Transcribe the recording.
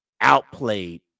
outplayed